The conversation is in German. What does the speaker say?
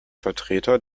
vertreter